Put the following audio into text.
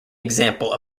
example